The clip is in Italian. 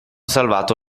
salvato